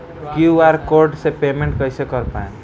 QR code से payment कईसे कर पाएम?